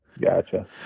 Gotcha